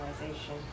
organization